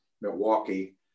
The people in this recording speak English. Milwaukee